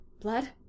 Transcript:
Blood